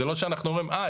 זה לא שאנחנו אומרים אה,